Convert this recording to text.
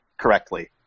correctly